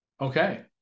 Okay